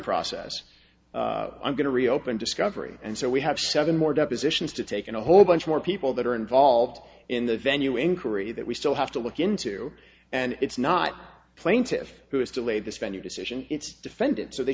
process i'm going to reopen discovery and so we have seven more depositions to take and a whole bunch more people that are involved in the venue inquiry that we still have to look into and it's not plaintiff who has delayed this venue decision its defendant so they